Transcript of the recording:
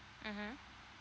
mmhmm